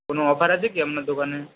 কোনো অফার আছে কী আপনার দোকানে